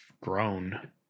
grown